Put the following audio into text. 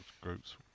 groups